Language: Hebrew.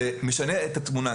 זה משנה את התמונה.